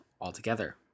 altogether